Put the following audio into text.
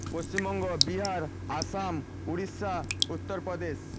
Paschimbanga Bihar Assam Orissa Uttar Pradesh